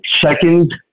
second